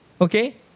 Okay